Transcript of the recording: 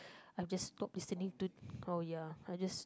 I just stopped listening to oh ya I just